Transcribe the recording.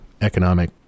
economic